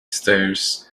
stairs